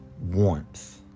warmth